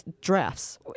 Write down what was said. drafts